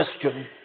question